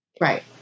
Right